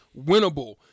winnable